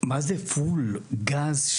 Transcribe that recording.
הרכב נכנס לפול גז,